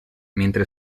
mentre